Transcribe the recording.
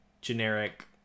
generic